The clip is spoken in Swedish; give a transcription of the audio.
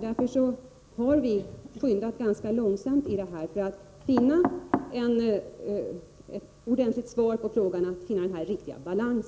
Därför har vi skyndat ganska långsamt för att få en ordentlig lösning när det gäller att finna en riktig balans.